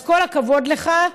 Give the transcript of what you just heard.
אז כל הכבוד לך.